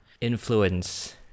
influence